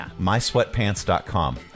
mysweatpants.com